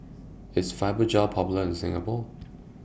IS Fibogel Popular in Singapore